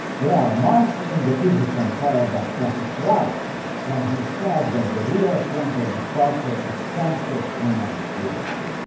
yeah marx in the thesis on feuerbach got it right when he said that the real point of departure is sensuous human activity.